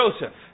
Joseph